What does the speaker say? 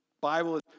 Bible